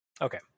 Okay